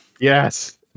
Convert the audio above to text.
Yes